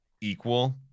equal